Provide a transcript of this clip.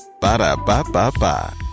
Ba-da-ba-ba-ba